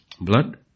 Blood